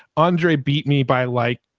andre, beat me by like,